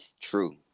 true